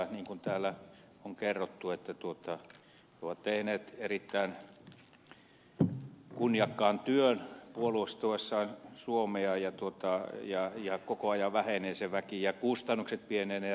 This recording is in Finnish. niin kuin täällä on kerrottu he ovat tehneet erittäin kunniakkaan työn puolustaessaan suomea ja koko ajan vähenee se väki ja kustannukset pienenevät dramaattisesti